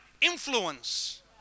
influence